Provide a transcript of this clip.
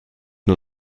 nur